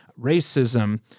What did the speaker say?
racism